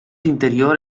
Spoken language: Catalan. interior